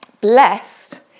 Blessed